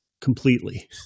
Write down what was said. completely